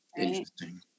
Interesting